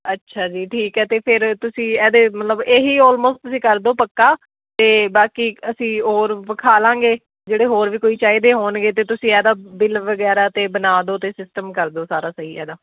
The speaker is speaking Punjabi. ਅੱਛਾ ਜੀ ਠੀਕ ਹੈ ਅਤੇ ਫਿਰ ਤੁਸੀਂ ਇਹਦੇ ਮਤਲਬ ਇਹ ਹੀ ਆਲਮੋਸਟ ਤੁਸੀਂ ਕਰ ਦਿਓ ਪੱਕਾ ਅਤੇ ਬਾਕੀ ਅਸੀਂ ਹੋਰ ਵਿਖਾ ਲਾਂਗੇ ਜਿਹੜੇ ਹੋਰ ਵੀ ਕੋਈ ਚਾਹੀਦੇ ਹੋਣਗੇ ਤਾਂ ਤੁਸੀਂ ਇਹਦਾ ਬਿੱਲ ਵਗੈਰਾ ਤੇ ਬਣਾ ਦਿਓ ਅਤੇ ਸਿਸਟਮ ਕਰ ਦਿਓ ਸਾਰਾ ਸਹੀ ਇਹਦਾ